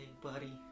buddy